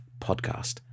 podcast